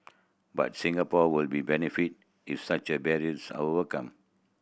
but Singapore would be benefit if such a barriers overcome